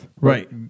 Right